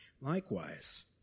Likewise